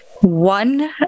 one